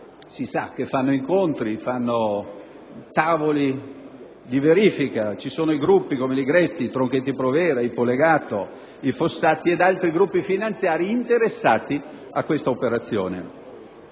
si sa che fanno incontri, tavoli di verifica; ci sono gruppi come Ligresti, Tronchetti Provera, Polegato, Fossati ed altri interessati a questa operazione.